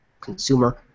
consumer